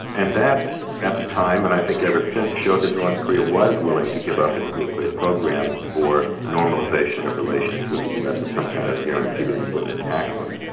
and that at the time, and i think ever since, showed that north korea was willing to give up its nuclear program for normalisation of relations with the us and some kind of guarantee that we wouldn't attack them.